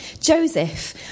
Joseph